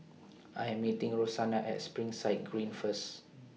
I Am meeting Rosanna At Springside Green First